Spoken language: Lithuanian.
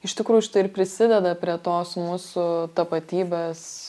iš tikrųjų šitu ir prisideda prie tos mūsų tapatybės